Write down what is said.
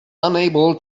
unable